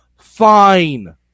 fine